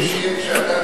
זה הרבה יותר מביש.